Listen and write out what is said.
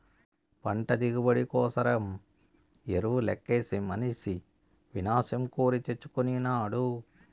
పంట దిగుబడి కోసరం ఎరువు లెక్కవేసి మనిసి వినాశం కోరి తెచ్చుకొనినాడు